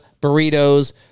burritos